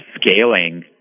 scaling